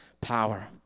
power